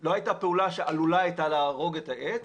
לא הייתה פעולה שהייתה עלולה להרוג את העץ,